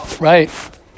Right